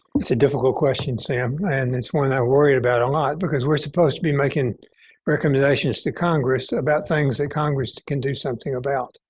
it's a difficult question, sam. and it's one i worried about a lot because we're supposed to be making recommendations to congress about things that congress can do something about.